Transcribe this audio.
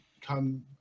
come